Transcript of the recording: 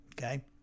okay